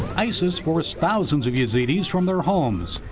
isis forced thousands of yazidis from their homes,